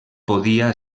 podia